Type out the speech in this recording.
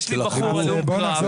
יש לי בחור הלום קרב,